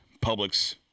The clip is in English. Publix